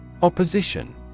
Opposition